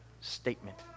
statement